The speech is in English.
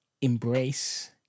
embrace